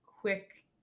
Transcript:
quick